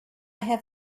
have